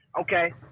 Okay